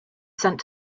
sent